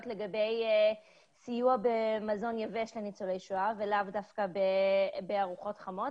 לגבי סיוע במזון יבש לניצולי שואה ולאו דווקא בארוחות חמות.